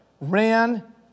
ran